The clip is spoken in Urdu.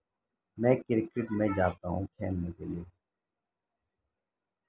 میں کرکٹ میں جاتا ہوں کھیلنے کے لیے